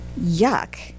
Yuck